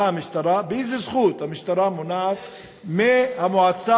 באיזו זכות המשטרה מונעת מהמועצה,